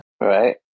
Right